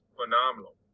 phenomenal